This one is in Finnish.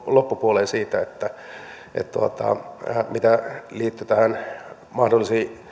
loppupuoleen siitä mikä liittyi näihin mahdollisiin